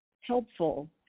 helpful